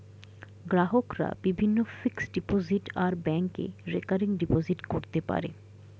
গ্রাহকরা বিভিন্ন fixed deposit আর ব্যাংকে রেকারিং ডিপোজিট করতে পারে